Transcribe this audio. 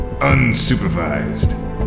unsupervised